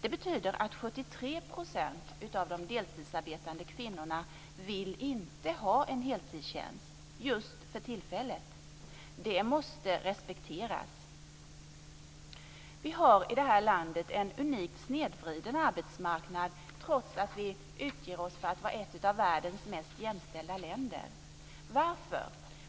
Det betyder att 73 % av de deltidsarbetande kvinnorna inte vill ha en heltidstjänst - just för tillfället. Det måste respekteras. Vi har i det här landet en unikt snedvriden arbetsmarknad, trots att vi utger oss för att vara ett av världens mest jämställda länder. Varför?